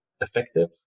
effective